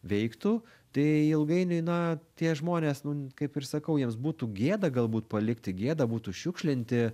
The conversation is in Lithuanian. veiktų tai ilgainiui na tie žmonės nu kaip ir sakau jiems būtų gėda galbūt palikti gėda būtų šiukšlinti